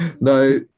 No